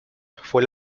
fue